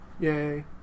Yay